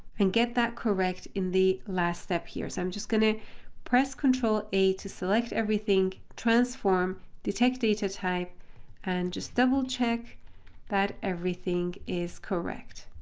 and get that correct in the last step here. so i'm just going to press control a to select everything, transform detect data type and just double check that everything is correct.